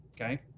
Okay